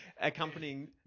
accompanying